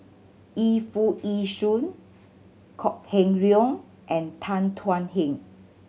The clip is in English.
Yu Foo Yee Shoon Kok Heng Leun and Tan Thuan Heng